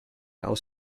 aus